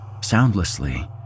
Soundlessly